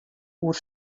oer